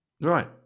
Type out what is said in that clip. Right